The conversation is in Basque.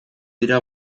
dira